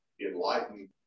enlighten